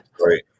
Right